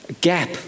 gap